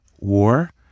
War